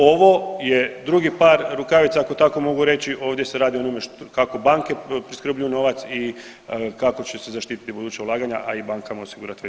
Ovo je drugi par rukavica ako tako mogu reći, ovdje se radi o onome kako banke priskrbljuju novac i kako će se zaštiti buduća ulaganja, a i bankama osigurati veći priljev.